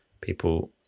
people